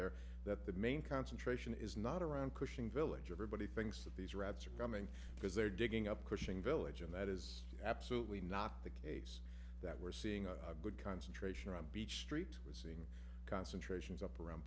there that the main concentration is not around cushing village everybody thinks that these rats are coming because they're digging up cushing village and that is absolutely not the case that we're seeing a good concentration on beach street we're seeing concentrations up around